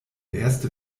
erste